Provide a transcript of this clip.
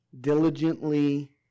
diligently